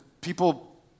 people